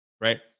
right